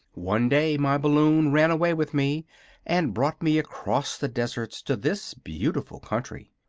one day my balloon ran away with me and brought me across the deserts to this beautiful country.